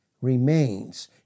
remains